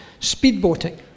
speedboating